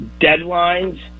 Deadlines